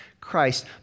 Christ